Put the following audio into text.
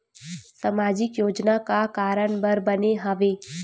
सामाजिक योजना का कारण बर बने हवे?